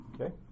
Okay